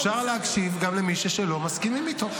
אפשר להקשיב גם למישהו שלא מסכימים איתו.